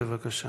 בבקשה.